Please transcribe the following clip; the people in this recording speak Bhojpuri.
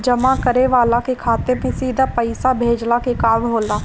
जमा करे वाला के खाता में सीधा पईसा भेजला के काम होला